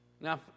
Now